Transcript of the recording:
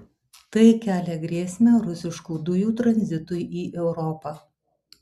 tai kelia grėsmę rusiškų dujų tranzitui į europą